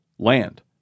Land